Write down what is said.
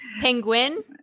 Penguin